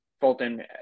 Fulton